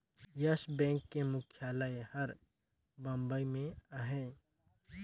yes Bank के मुख्यालय हर बंबई में अहे